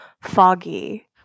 foggy